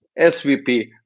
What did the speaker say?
SVP